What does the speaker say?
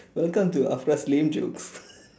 welcome to afra's lame jokes